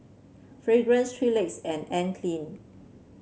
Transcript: Fragrance Three Legs and Anne Klein